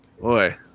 Boy